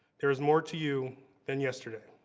there is more to you than yesterday.